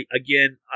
Again